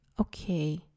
Okay